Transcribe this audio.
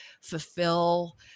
fulfill